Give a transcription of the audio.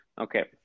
Okay